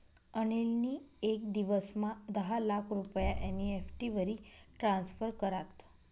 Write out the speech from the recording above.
अनिल नी येक दिवसमा दहा लाख रुपया एन.ई.एफ.टी वरी ट्रान्स्फर करात